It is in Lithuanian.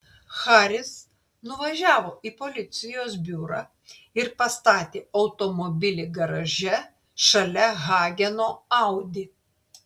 haris nuvažiavo į policijos biurą ir pastatė automobilį garaže šalia hageno audi